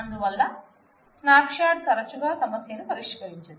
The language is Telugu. అందువల్ల స్నాప్ షాట్ తరచుగా సమస్యను పరిష్కరించదు